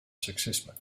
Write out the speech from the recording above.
seksisme